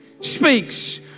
speaks